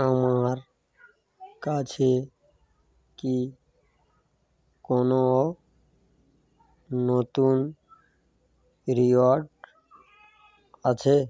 আমার কাছে কি কোনো নতুন রিওয়ার্ড আছে